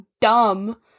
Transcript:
dumb